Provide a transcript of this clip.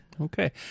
Okay